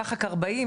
רח"ק 40?